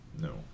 No